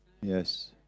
Yes